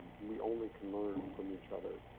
we only can learn from each other.